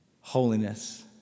Holiness